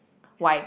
why